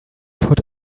put